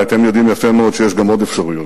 אתם יודעים יפה מאוד שיש גם עוד אפשרויות,